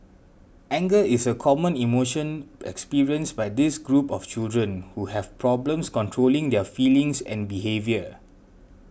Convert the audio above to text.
anger is a common emotion experienced by this group of children who have problems controlling their feelings and behaviour